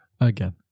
Again